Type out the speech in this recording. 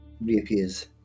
reappears